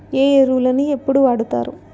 ఏ ఎరువులని ఎప్పుడు వాడుతారు?